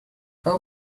how